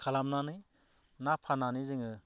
खालामनानै ना फान्नानै जोङो